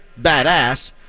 badass